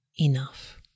enough